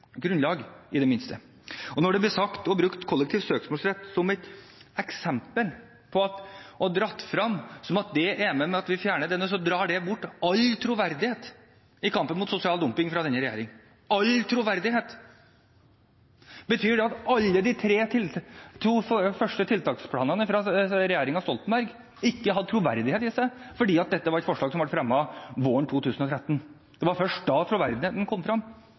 grunnlag, i det minste. Når man sier at det at vi fjerner kollektiv søksmålsrett, fjerner all troverdighet, «all troverdighet», i regjeringens kamp mot sosial dumping, betyr det at de to første tiltaksplanene fra regjeringen Stoltenberg ikke hadde troverdighet fordi dette var et forslag som ble fremmet våren 2013? Det var altså først da troverdigheten kom